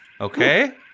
Okay